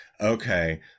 okay